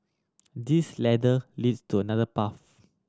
this ladder leads to another path